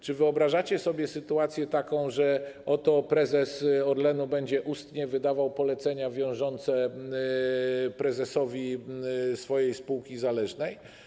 Czy wyobrażacie sobie taką sytuację, że oto prezes Orlenu będzie ustnie wydawał polecenia wiążące prezesowi swojej spółki zależnej?